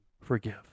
forgive